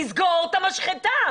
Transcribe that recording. תסגור את המשחטה.